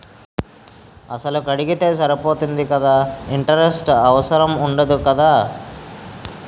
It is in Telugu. అసలు కడితే సరిపోతుంది కదా ఇంటరెస్ట్ అవసరం ఉండదు కదా?